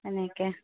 এনেকে